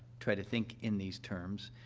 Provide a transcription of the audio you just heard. try to think in these terms,